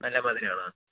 നല്ല മധുരം ആണോ